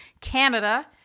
Canada